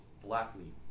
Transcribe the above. flatly